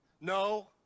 no